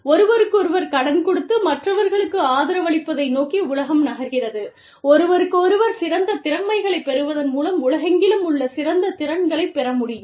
ஒருவருக்கொருவர் கடன் கொடுத்து மற்றவர்களுக்கு ஆதரவளிப்பதை நோக்கி உலகம் நகர்கிறது ஒருவருக்கொருவர் சிறந்த திறமைகளைப் பெறுவதன் மூலம் உலகெங்கிலும் உள்ள சிறந்த திறன்களைப் பெற முடியும்